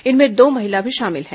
इनमें दो महिला भी शामिल हैं